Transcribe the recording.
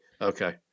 Okay